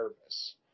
nervous